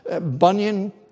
Bunyan